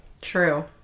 True